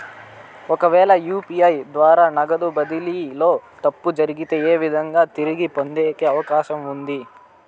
ఒకవేల యు.పి.ఐ ద్వారా నగదు బదిలీలో తప్పు జరిగితే, ఏ విధంగా తిరిగి పొందేకి అవకాశం ఉంది?